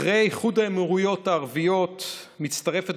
אחרי איחוד האמירויות הערביות מצטרפת